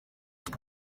izo